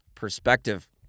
Perspective